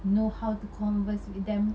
know how to converse with them